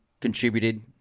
contributed